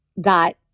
got